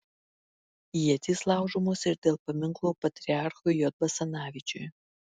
ietys laužomos ir dėl paminklo patriarchui j basanavičiui